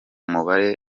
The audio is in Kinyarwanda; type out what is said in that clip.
mubare